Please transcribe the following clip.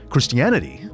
Christianity